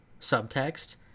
subtext